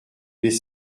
des